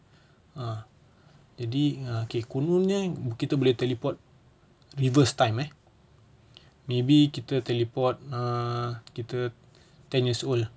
uh jadi kononnya mungkin tu boleh teleport reverse time eh maybe kita teleport ten years old